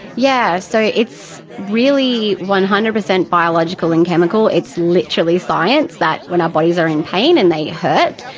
yeah so it's really one hundred percent biological and chemical, it's literally science, that when our bodies are in pain and they hurt,